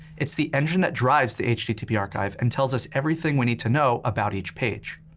it's the engine that drives the http archive and tells us everything we need to know about each page.